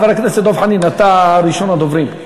חבר הכנסת דב חנין, אתה ראשון הדוברים.